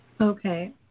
Okay